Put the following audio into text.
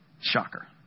Shocker